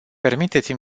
permiteți